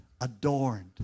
adorned